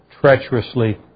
treacherously